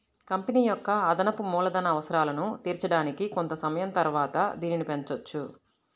company యొక్క అదనపు మూలధన అవసరాలను తీర్చడానికి కొంత సమయం తరువాత దీనిని పెంచొచ్చు